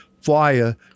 fire